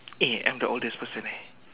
eh I'm the oldest person eh